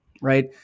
right